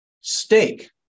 steak